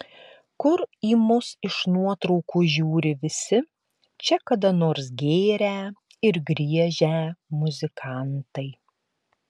kur į mus iš nuotraukų žiūri visi čia kada nors gėrę ir griežę muzikantai